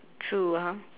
true ah